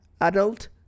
Adult